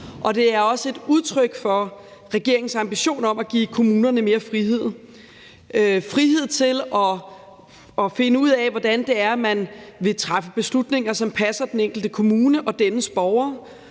Det er også et udtryk for regeringens ambition om at give kommunerne mere frihed – frihed til at finde ud af, hvordan det er, man vil træffe beslutninger, som passer den enkelte kommune og dennes borgere.